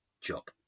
job